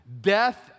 Death